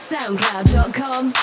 SoundCloud.com